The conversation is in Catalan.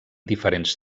diferents